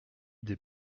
des